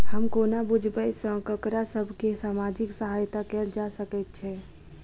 हम कोना बुझबै सँ ककरा सभ केँ सामाजिक सहायता कैल जा सकैत छै?